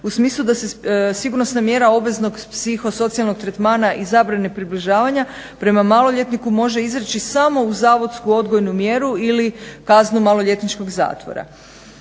u smislu da se sigurnosna mjera obveznog psihosocijalnog tretmana i zabrani približavanja prema maloljetniku može izreći samo uz zavodsku odgojnu mjeru ili kaznom maloljetničkog zatvora.